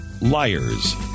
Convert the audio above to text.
Liars